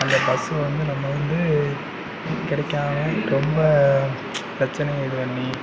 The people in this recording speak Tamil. அந்த பஸ் வந்து நம்ம வந்து கிடைக்காம ரொம்ப பிரச்சனையை இதில் முடியும்